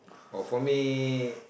oh for me